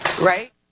right